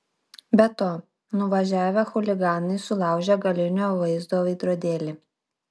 be to nuvažiavę chuliganai sulaužė galinio vaizdo veidrodėlį